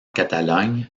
catalogne